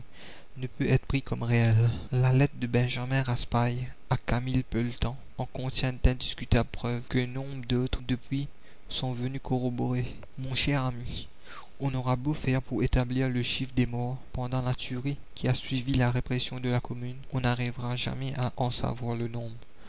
ne peut être pris comme réel la lettre de benjamin raspail à camille pelletan en contient d'indiscutables preuves que nombre d'autres depuis sont venues corroborer mon cher ami on aura beau faire pour établir le chiffre des morts pendant la tuerie qui a suivi la répression de la commune on n'arrivera jamais à en savoir le nombre